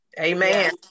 Amen